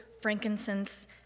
frankincense